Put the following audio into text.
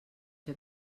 fer